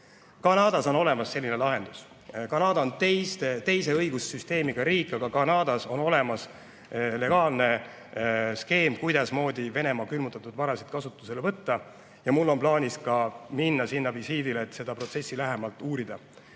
Kanadas on olemas selline lahendus. Kanada on teistsuguse õigussüsteemiga riik, aga Kanadas on olemas legaalne skeem, kuidasmoodi Venemaa külmutatud varasid kasutusele võtta. Ja mul on plaanis minna sinna visiidile, et seda protsessi lähemalt uurida.